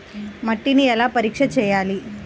మట్టిని ఎలా పరీక్ష చేయాలి?